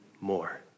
more